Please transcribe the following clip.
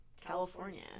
California